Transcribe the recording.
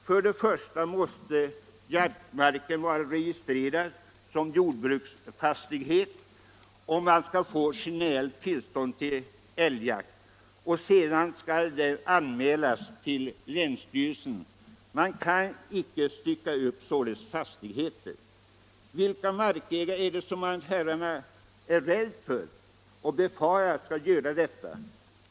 För det första måste jaktmarken vara registrerad som jordbruksfastighet om man skall få generellt tillstånd till älgjakt och för det andra skall detta anmälas till länsstyrelsen. Man kan således inte stycka upp fastigheten. Vilka markägare är det som herrarna befarar skall göra detta?